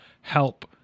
help